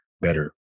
better